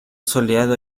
soleado